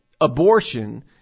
abortion